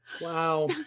Wow